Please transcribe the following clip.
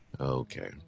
okay